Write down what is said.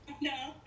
No